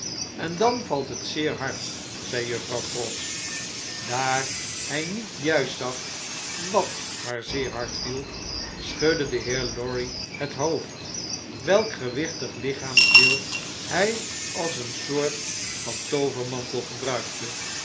en dan valt het zeer hard zei juffrouw pross daar hij niet juist zag wat haar zeer hard viel schudde de heer lorry het hoofd welk gewichtig lichaamsdeel hij als een soort van toovermantel gebruikte